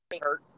hurt